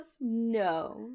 no